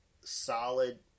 solid